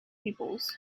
peoples